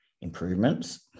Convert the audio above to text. improvements